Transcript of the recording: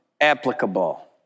applicable